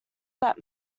that